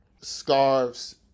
Scarves